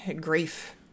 grief